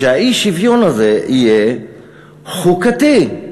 שהאי-שוויון הזה יהיה חוקתי,